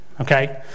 okay